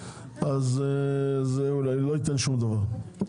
אז זה אולי לא ייתן שום דבר,